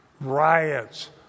Riots